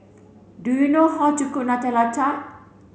do you know how to cook Nutella Tart